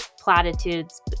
platitudes